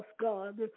God